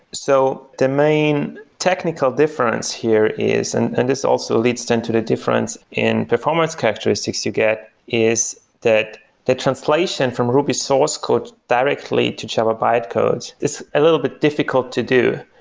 so the main technical difference here is and and this also leads then and to the difference in performance characteristics you get is that the translation from ruby source code directly to java bytecodes, it's a little bit difficult to do,